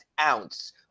ounce